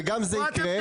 וגם זה יקרה.